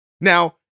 now